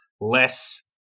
less